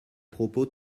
propos